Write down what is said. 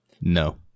No